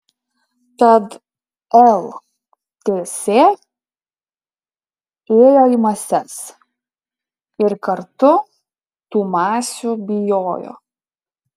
tad lts ėjo į mases ir kartu tų masių bijojo